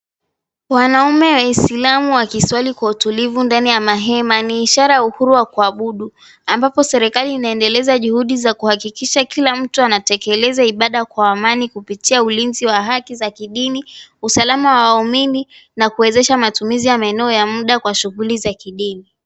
Wanaume waislamu wakiswali kwa utulivu ndani ya mahema ni ishara ya uhuru wa kuabudu, ambapo serikali inaendeleza juhudi za kuhakikisha kila mtu anatekeleza ibada kwa amani kupitia ulinzi wa haki za kidini, usalama wa waumini, na kuwezesha matumizi ya maeneo ya muda kwa shughuli za kidini.